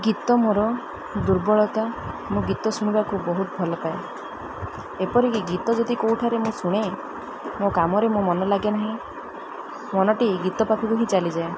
ଗୀତ ମୋର ଦୁର୍ବଳତା ମୁଁ ଗୀତ ଶୁଣିବାକୁ ବହୁତ ଭଲ ପାଏ ଏପରିକି ଗୀତ ଯଦି କେଉଁଠାରେ ମୁଁ ଶୁଣେ ମୋ କାମରେ ମୋ ମନ ଲାଗେ ନାହିଁ ମନଟି ଗୀତ ପାଖକୁ ହିଁ ଚାଲିଯାଏ